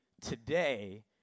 today